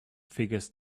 figures